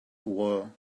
wore